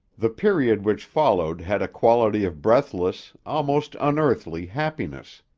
the period which followed had a quality of breathless, almost unearthly happiness.